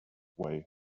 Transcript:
way